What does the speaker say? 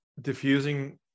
diffusing